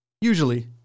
Usually